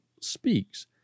speaks